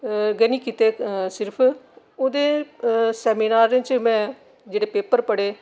और दूआ गै में एह्दे कन्नै कन्नै गै में नी कीते सिर्फ ओह्दे सैमिनारें च में जेह्ड़े पेपर पढे़